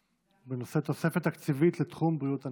בנושא: תוספת תקציבית לתחום בריאות הנפש.